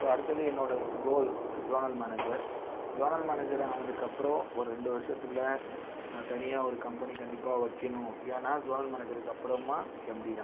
so அடுத்தது என்னோடய goal zonal manager zonal manager ஆனதுக்கப்புறம் ஒரு ரெண்டு வருஷத்தில் நான் தனியாக ஒரு கம்பெனி கண்டிப்பாக வைக்கணும் ஏன்னா சோனல் மேனேஜேருக்கு அப்புறமாக எம்டி தான்